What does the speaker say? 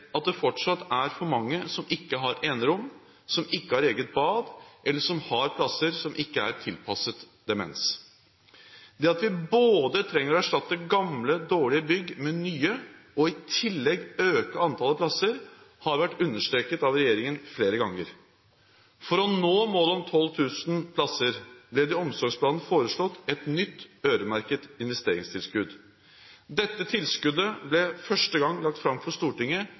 at det fortsatt er for mange som ikke har enerom, som ikke har eget bad – eller for mange plasser som ikke er tilpasset demente. Det at vi både trenger å erstatte gamle, dårlige bygg med nye og i tillegg øke antallet plasser, har vært understreket av regjeringen flere ganger. For å nå målet om 12 000 plasser ble det i omsorgsplanen foreslått et nytt, øremerket investeringstilskudd. Dette tilskuddet ble første gang lagt fram for Stortinget